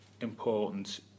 important